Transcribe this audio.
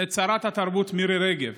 את שרת התרבות מירי רגב.